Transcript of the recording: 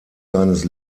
seines